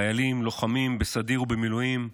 חיילים לוחמים בסדיר ובמילואים,